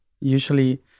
usually